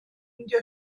meindio